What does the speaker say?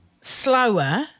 slower